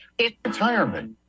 retirement